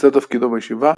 בישיבה